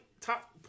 top